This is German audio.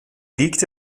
liegt